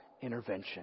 intervention